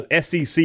SEC